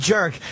Jerk